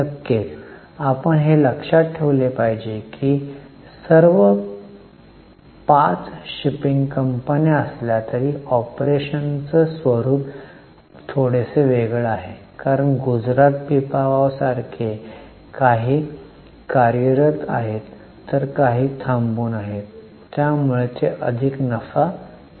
नक्कीच आपण हे लक्षात ठेवले पाहिजे की सर्व 5 शिपिंग कंपन्या असल्या तरी ऑपरेशनचे स्वरूप थोडेसे वेगळे आहे कारण गुजरात पिपावाव सारखे काही कार्यरत आहेत तर काही थांबून आहेत त्यामुळे ते अधिक नफा कमवत आहेत